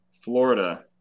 Florida